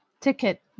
Ticket